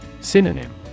Synonym